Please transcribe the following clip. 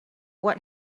what